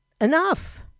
enough